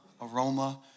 aroma